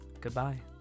Goodbye